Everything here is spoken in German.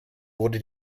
wurde